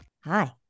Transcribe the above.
Hi